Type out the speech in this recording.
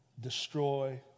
destroy